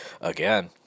again